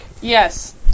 Yes